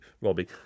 Robbie